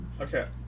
okay